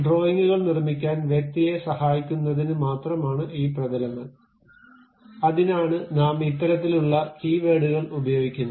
ഡ്രോയിംഗുകൾ നിർമ്മിക്കാൻ വ്യക്തിയെ സഹായിക്കുന്നതിന് മാത്രമാണ് ഈ പ്രതലങ്ങൾ അതിനാണ് നാം ഇത്തരത്തിലുള്ള കീവേഡുകൾ ഉപയോഗിക്കുന്നത്